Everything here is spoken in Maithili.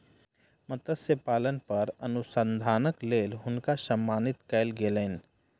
मत्स्य पालन पर अनुसंधानक लेल हुनका सम्मानित कयल गेलैन